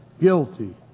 Guilty